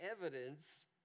evidence